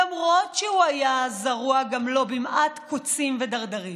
למרות שהוא היה זרוע גם לא מעט קוצים ודרדרים.